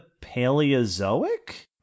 Paleozoic